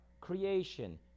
creation